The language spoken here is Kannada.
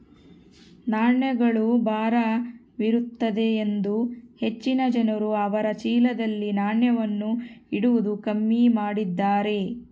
ನಾಣ್ಯಗಳು ಭಾರವಿರುತ್ತದೆಯೆಂದು ಹೆಚ್ಚಿನ ಜನರು ಅವರ ಚೀಲದಲ್ಲಿ ನಾಣ್ಯವನ್ನು ಇಡುವುದು ಕಮ್ಮಿ ಮಾಡಿದ್ದಾರೆ